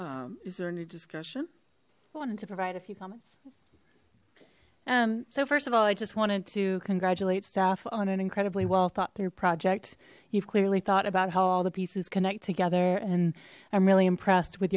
council is there any discussion i wanted to provide a few comments um so first of all i just wanted to congratulate staff on an incredibly well thought through project you've clearly thought about how all the pieces connect together and i'm really impressed with